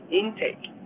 intake